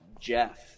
Jeff